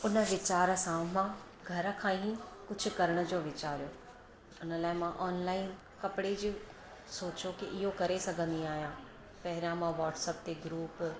उन वीचार सां मां घर खां ई कुझु करण जो वीचारियो उन लाइ मां ऑनलाइन कपिड़े जे सोचो की इहो करे सघंदी आहियां पहिरां मां व्हाट्सअप ते ग्रूप